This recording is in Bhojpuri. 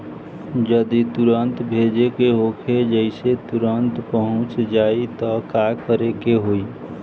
जदि तुरन्त भेजे के होखे जैसे तुरंत पहुँच जाए त का करे के होई?